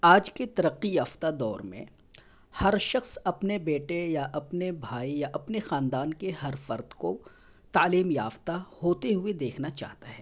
آج کے ترقی یافتہ دور میں ہر شخص اپنے بیٹے یا اپنے بھائی یا اپنے خاندان کے ہر فرد کو تعلیم یافتہ ہوتے ہوئے دیکھنا چاہتا ہے